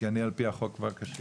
כי אני על פי החוק כבר קשיש.